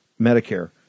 Medicare